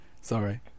Sorry